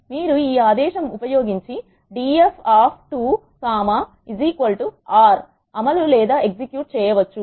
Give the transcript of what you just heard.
మీరు ఈ ఆదేశం ఉపయోగించి df2 R అమలు చేయవచ్చు